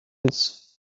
its